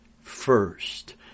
first